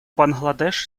бангладеш